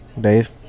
Dave